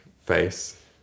face